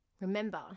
Remember